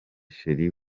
cheri